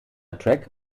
track